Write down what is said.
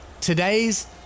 Today's